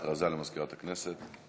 הודעה למזכירת הכנסת.